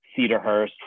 Cedarhurst